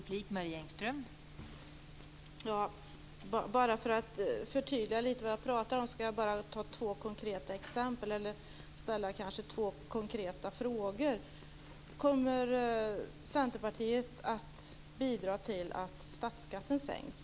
Fru talman! Bara för att förtydliga lite vad jag pratar om ska jag ta två konkreta exempel, eller kanske snarare ställa två konkreta frågor. För det första: Kommer Centerpartiet att bidra till att statsskatten sänks?